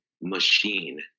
machine